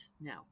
now